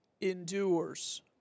endures